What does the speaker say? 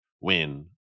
win